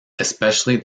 especially